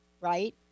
right